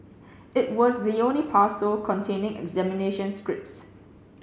it was the only parcel containing examination scripts